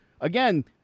again—